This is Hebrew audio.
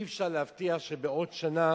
אי-אפשר להבטיח שבעוד שנה